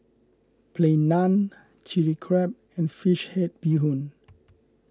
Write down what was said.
Plain Naan Chilli Crab and Fish Head Bee Hoon